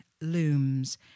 looms